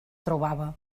trobava